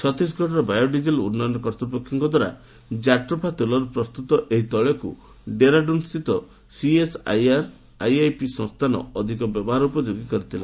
ଛତିଶଗଡ଼ର ବାୟୋଡିଜେଲ୍ ଉନ୍ନୟନ କର୍ତ୍ତୃପକ୍ଷଙ୍କ ଦ୍ୱାରା ଜାଟ୍ରୋଫା ତେଲରୁ ପ୍ରସ୍ତୁତ ଏହି ଡେଳକୁ ଡେରାଡୁନ୍ସ୍ଥିତ ସିଏସ୍ଆଇଆର୍ ଆଇଆଇପି ସଂସ୍ଥାନ ଅଧିକ ବ୍ୟବହାର ଉପଯୋଗୀ କରିଥିଲା